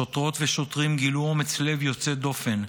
שוטרות ושוטרים גילו אומץ לב יוצא דופן.